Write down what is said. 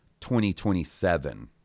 2027